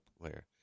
player